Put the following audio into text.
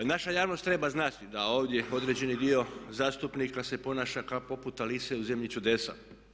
Naša javnost treba znati da ovdje određeni dio zastupnika se ponaša kao poput Alise u zemlji čudesa.